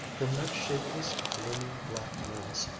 from that shapeless, looming, black mass,